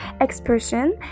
expression